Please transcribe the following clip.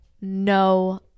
no